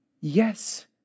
yes